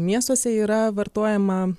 miestuose yra vartojama